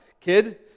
kid